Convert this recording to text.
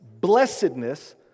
blessedness